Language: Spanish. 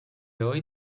hoy